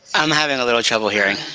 i'm having a little trouble hearing.